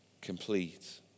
complete